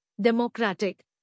democratic